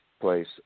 place